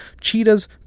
cheetahs